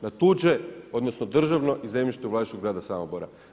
Na tuđe, odnosno državno i zemljište u vlasništvu grada Samobora.